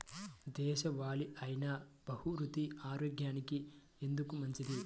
దేశవాలి అయినా బహ్రూతి ఆరోగ్యానికి ఎందుకు మంచిది?